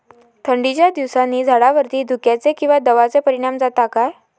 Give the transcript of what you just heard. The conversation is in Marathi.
थंडीच्या दिवसानी झाडावरती धुक्याचे किंवा दवाचो परिणाम जाता काय?